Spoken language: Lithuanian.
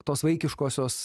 tos vaikiškosios